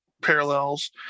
parallels